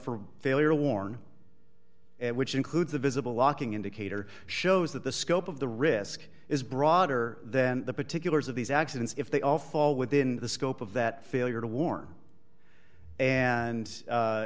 failure to warn which includes a visible locking indicator shows that the scope of the risk is broader than the particulars of these accidents if they all fall within the scope of that failure to warn and